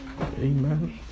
Amen